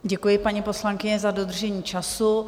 Děkuji, paní poslankyně, za dodržení času.